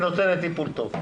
היא נותנת טיפול טוב,